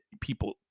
people